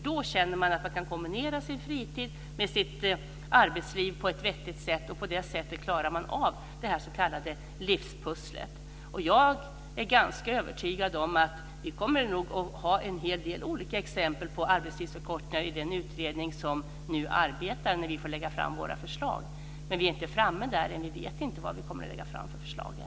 Då känner man att man kan kombinera sin fritid med sitt arbetsliv på ett vettigt sätt, och på det sättet klarar man av det s.k. livspusslet. Jag är ganska övertygad om att vi nog kommer att ha en hel del olika exempel på arbetstidsförkortningar i den utredning som nu arbetar när vi får lägga fram våra förslag. Men vi är inte framme där än; vi vet ännu inte vilka förslag vi kommer att lägga fram.